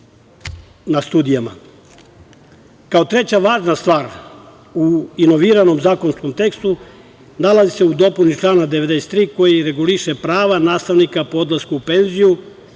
na studijama. Kao treća važna stvar u inoviranom zakonskom tekstu nalazi se u dopuni člana 93. koji reguliše prava nastavnika po odlasku u penziju,